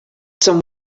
some